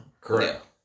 Correct